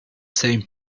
same